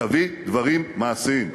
תביא דברים מעשיים.